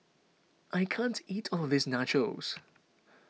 I can't eat all of this Nachos